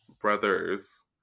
Brothers